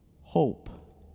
Hope